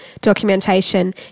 documentation